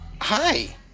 Hi